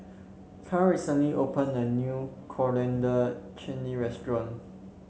Karl recently opened a new Coriander Chutney Restaurant